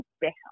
better